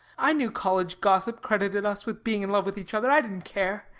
i knew college gossip credited us with being in love with each other. i didn't care.